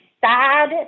sad